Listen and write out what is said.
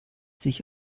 sich